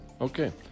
Okay